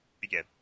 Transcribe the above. begin